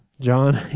John